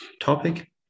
topic